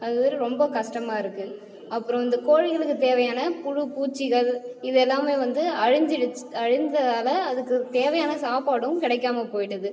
அதுமாதிரி ரொம்ப கஷ்டமாக இருக்குது அப்புறம் இந்த கோழிகளுக்கு தேவையான புழுப்பூச்சிகள் இது எல்லாமே வந்து அழிஞ்சிடுச்சு அழிஞ்சதால் அதுக்கு தேவையான சாப்பாடும் கிடைக்காம போயிடுது